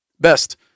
Best